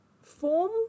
form